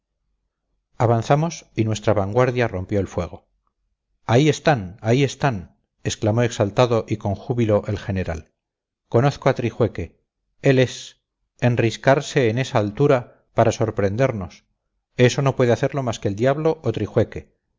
avanzamos y nuestra vanguardia rompió el fuego ahí están ahí están exclamó exaltado y con júbilo el general conozco a trijueque él es enriscarse en esa altura para sorprendernos eso no puede hacerlo más que el diablo o trijueque no